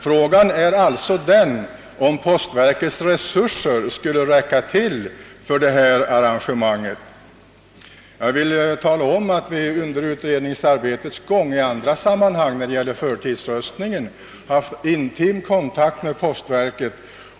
Frågan är alltså om postverkets resurser kommer att räcka till för ett sådant arrangemang. Jag vill omtala att vi under utredningsarbetets gång i andra sammanhang, exempelvis när det gäller förtidsröstningen, haft intim kontakt med postverket.